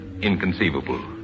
inconceivable